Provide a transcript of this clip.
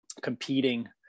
competing